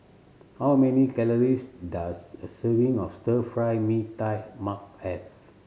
how many calories does a serving of Stir Fried Mee Tai Mak have